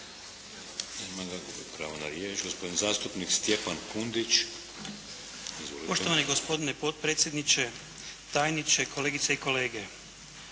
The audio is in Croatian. Poštovani gospodine potpredsjedniče, tajniče, kolegice i kolege.